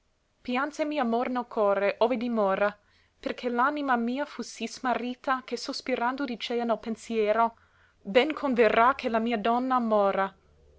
leggero piànsemi amor nel core ove dimora per che l'anima mia fu sì smarrita che sospirando dicea nel pensero ben converrà che la mia donna mora